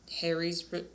Harry's